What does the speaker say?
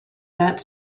that